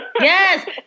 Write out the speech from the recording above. yes